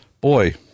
boy